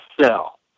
sell